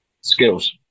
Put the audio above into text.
skills